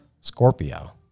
Scorpio